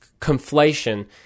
conflation